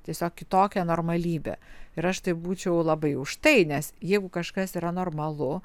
tiesiog kitokią normalybę ir aš tai būčiau labai už tai nes jeigu kažkas yra normalu